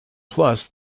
plus